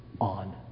on